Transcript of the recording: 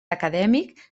acadèmic